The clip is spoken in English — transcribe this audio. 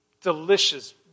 delicious